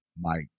Mike